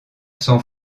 sans